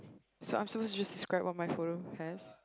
so I'm just supposed to just describe what my photo have